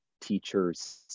teachers